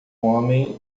homem